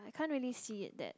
can't really see at that